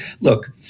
look